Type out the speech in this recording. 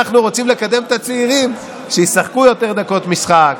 הוא שאנחנו רוצים לקדם את הצעירים כך שישחקו יותר דקות משחק,